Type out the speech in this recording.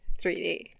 3d